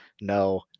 no